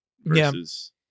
versus